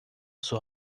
sua